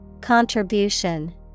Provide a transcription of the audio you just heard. contribution